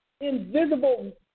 invisible